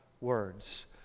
words